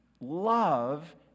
love